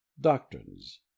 DOCTRINES